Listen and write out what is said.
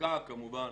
צדקה כמובן